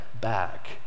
back